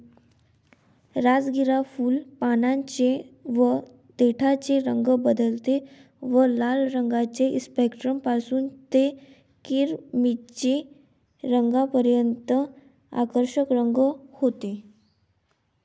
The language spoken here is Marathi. राजगिरा फुल, पानांचे व देठाचे रंग बदलते व लाल रंगाचे स्पेक्ट्रम पासून ते किरमिजी रंगापर्यंत आकर्षक रंग होते